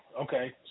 Okay